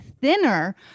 thinner